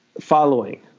Following